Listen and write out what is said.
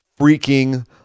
freaking